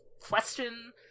question